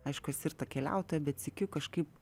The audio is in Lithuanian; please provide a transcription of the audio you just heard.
aišku esi ir ta keliautoja bet sykiu kažkaip